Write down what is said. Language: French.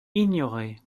ignorée